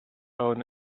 own